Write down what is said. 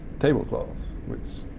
table cloths, which